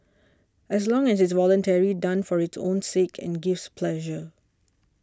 as long it's voluntary done for its own sake and gives pleasure